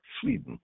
Sweden